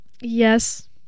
Yes